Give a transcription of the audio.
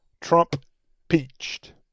Trump-peached